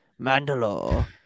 Mandalore